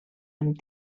amb